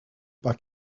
par